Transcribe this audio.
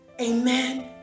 Amen